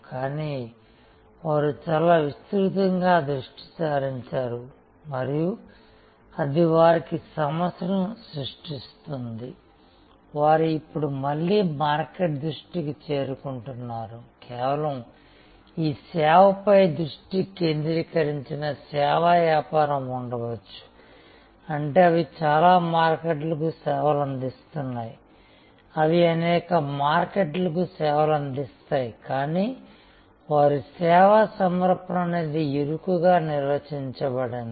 కానీ వారు చాలా విస్తృతంగా దృష్టి సారించారు మరియు అది వారికి సమస్యను సృష్టిస్తోంది వారు ఇప్పుడు మళ్ళీ మార్కెట్ దృష్టికి చేరుకుంటున్నారు కేవలం సేవాపై దృష్టి కేంద్రీకరించిన సేవా వ్యాపారం ఉండవచ్చు అంటే అవి చాలా మార్కెట్లకు సేవలు అందిస్తాయి అవి అనేక మార్కెట్లకు సేవలు అందిస్తాయి కానీ వారి సేవా సమర్పణ అనేది ఇరుకుగా నిర్వచించబడింది